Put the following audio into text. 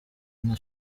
nka